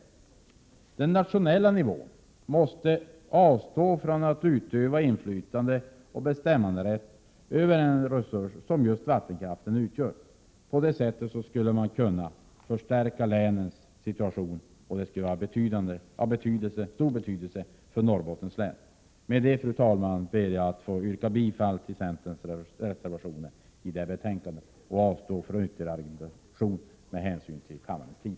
På den nationella nivån måste man avstå från att utöva inflytande och bestämmanderätt över en sådan resurs som just vattenkraften utgör. Därigenom skulle man kunna förstärka länens situation, och det skulle vara av stor betydelse för Norrbottens län. Med detta, fru talman, ber jag att få yrka bifall till centerns reservationer i det föreliggande betänkandet. Jag avstår från ytterligare argumentation med hänsyn till kammarens tid.